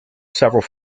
several